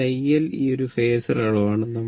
ഈ iL ഒരു phasor അളവാണ്